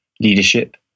leadership